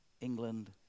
England